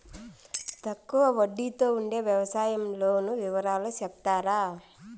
తక్కువ వడ్డీ తో ఉండే వ్యవసాయం లోను వివరాలు సెప్తారా?